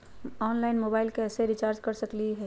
Online मोबाइलबा कैसे recharge कर सकलिए है?